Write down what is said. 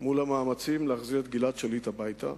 מול המאמצים להחזיר את גלעד שליט הביתה.